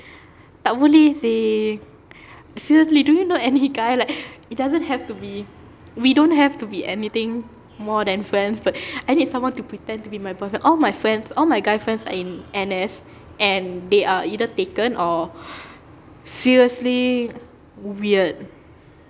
tak boleh seh seriously do you know any guy like it doesn't have to be we don't have to be anything more than friends but I need someone to pretend to be my boyfriend all my friends all my guy friends are in N_S and they are either taken or seriously weird